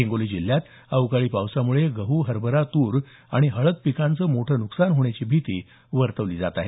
हिंगोली जिल्ह्यात या पावसामुळे गहू हरभरा तूर आणि हळद पिकाचं मोठं नुकसान होण्याची भीती आहे